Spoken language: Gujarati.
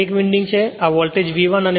આ વોલ્ટેજ V1 આ વોલ્ટેજ V2 છે